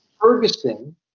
Ferguson